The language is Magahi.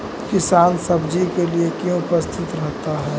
किसान सब्जी के लिए क्यों उपस्थित रहता है?